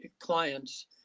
clients